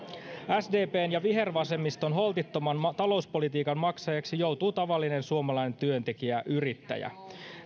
sdpn ja vihervasemmiston holtittoman talouspolitiikan maksajaksi joutuu tavallinen suomalainen työntekijä ja yrittäjä